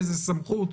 איזו סמכות,